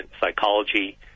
psychology